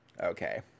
Okay